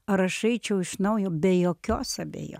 ar aš eičiau iš naujo be jokios abejo